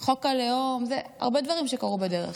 על חוק הלאום, הרבה דברים שקרו בדרך.